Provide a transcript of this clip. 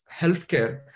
healthcare